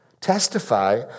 testify